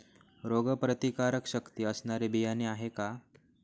रोगप्रतिकारशक्ती असणारी बियाणे आहे का?